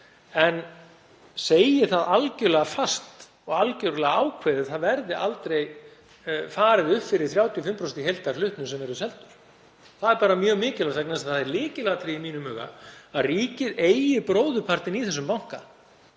en segi það algerlega fast og algerlega ákveðið að aldrei verði farið upp fyrir 35% í heildarhlutnum sem verður seldur. Það er mjög mikilvægt vegna þess að það er lykilatriði í mínum huga að ríkið eigi bróðurpartinn í þessum banka,